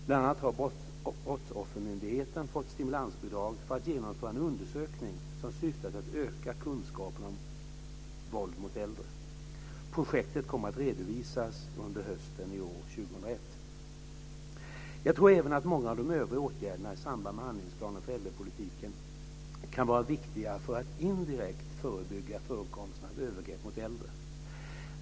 Bl.a. har Brottsoffermyndigheten fått stimulansbidrag för att genomföra en undersökning som syftar till att öka kunskapen om våld mot äldre. Projektet kommer att redovisas under hösten 2001. Jag tror även att många av de övriga åtgärderna i samband med handlingsplanen för äldrepolitiken kan vara viktiga för att indirekt förebygga förekomsten av övergrepp mot äldre.